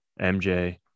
MJ